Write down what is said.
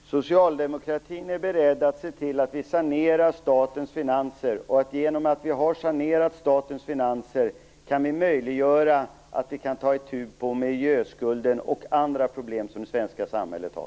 Herr talman! Socialdemokratin är beredd att se till att vi sanerar statens finanser. När vi har sanerat statens finanser kan vi ta itu med miljöskulden och andra problem som det svenska samhället har.